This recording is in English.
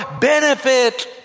benefit